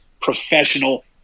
professional